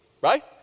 Right